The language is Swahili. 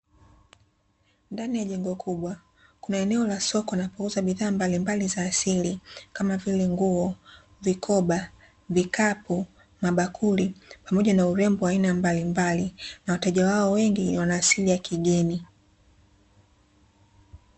Ndani ya jengo kubwa, kuna eneo la soko wanapouza bidhaa mbalimbali za asili, kama vile: nguo, mikoba, vikapu, mabakuli pamoja na urembo wa aina mbalimbali, na wateja wao wengi wana asili ya kigeni.